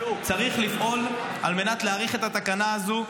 צריך לפעול על מנת להאריך את התקנה הזאת,